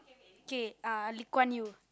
okay uh Lee-Kuan-Yew